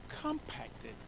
compacted